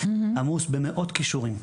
עמוס במאות קישורים,